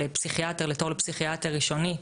לתור לפסיכיאטר ראשוני,